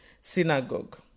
synagogue